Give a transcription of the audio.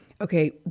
Okay